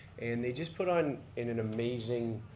and they just put on an an amazing,